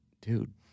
dude